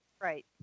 Right